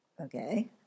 Okay